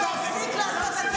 תחזרי בך,